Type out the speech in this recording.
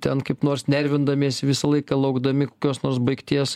ten kaip nors nervindamiesi visą laiką laukdami kokios nors baigties